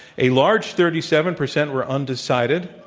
a large thirty seven percent were undecided.